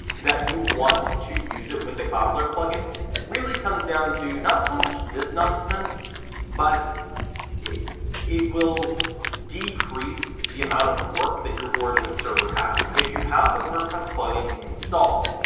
that you want to use it with the cloudflare plugin really comes down to not so much this nonsense but it it will decrease the amount of work that your origin server has if you have the wordpress plugin installed.